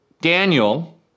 Daniel